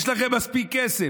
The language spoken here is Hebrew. יש לכם מספיק כסף.